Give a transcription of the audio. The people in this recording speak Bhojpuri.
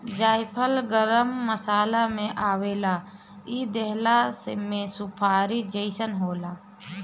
जायफल गरम मसाला में आवेला इ देखला में सुपारी जइसन होला